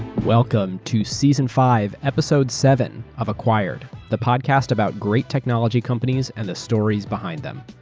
welcome to season five episode seven of acquired, the podcast about great technology companies and the stories behind them.